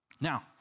Now